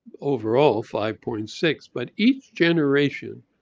overall five point six. but each generation,